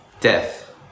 death